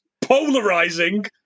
polarizing